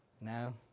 No